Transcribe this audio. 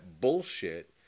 bullshit